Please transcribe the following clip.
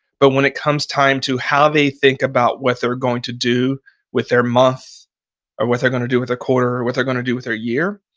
but when it comes time to how they think about what they're going to do with their month or what they're going to do with a quarter or what they're going to do with their year,